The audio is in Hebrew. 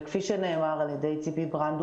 וכמו שנאמר על ידי ציפי ברנד,